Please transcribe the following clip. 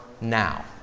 now